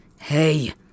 Hey